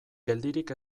geldirik